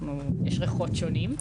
יש ריחות שונים.